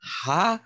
ha